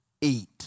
Eat